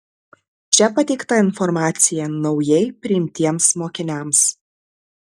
čia pateikta informacija naujai priimtiems mokiniams